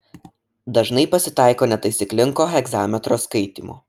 dažnai pasitaiko netaisyklingo hegzametro skaitymo